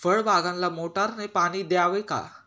फळबागांना मोटारने पाणी द्यावे का?